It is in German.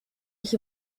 sich